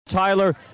Tyler